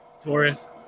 Taurus